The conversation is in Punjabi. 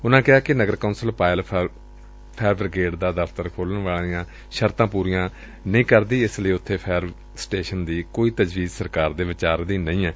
ਉਨ੍ਪਾ ਕਿਹਾ ਕਿ ਨਗਰ ਕੌਂਸਲ ਮਾਇਲ ਫਾਇਰ ਬਰਿਗੇਡ ਦਾ ਦਫ਼ਤਰ ਖੋਲੁਣ ਦੀਆਂ ਸ਼ਰਤਾਂ ਪੂਰੀਆਂ ਨਹੀ ਕਰਦੀਂ ਇਸ ਲਈ ਉਬੇ ਫਾਇਰ ਸਟੇਸ਼ਨ ਦੀ ਕੋਈ ਤਜਵੀਜ਼ ਸਰਕਾਰ ਦੇ ਵਿਚਾਰ ਅਧੀਨ ਨਹੀਂ ਏ